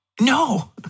No